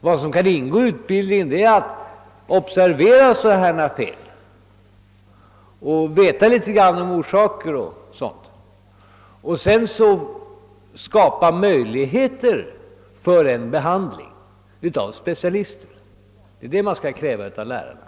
Vad som kan ingå i utbildningen är att observera sådana fel, veta litet om orsaken m.m. och sedan skapa möjligheter för en behandling av specialist; det är vad man kan kräva av lärarna.